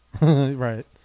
Right